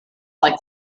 like